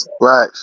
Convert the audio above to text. Right